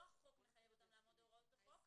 לא החוק מחייב אותם אלא ההסכם.